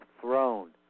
throne